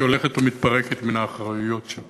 שהולכת ומתפרקת מן האחריויות שלה